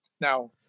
Now